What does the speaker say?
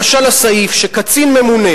למשל הסעיף שקצין ממונה,